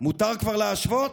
מותר כבר להשוות?